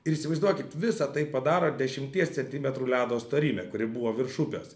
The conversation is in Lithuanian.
ir įsivaizduokit visą tai padaro dešimties centimetrų ledo storymė kuri buvo virš upės